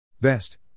Best